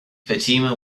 fatima